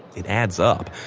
it adds up,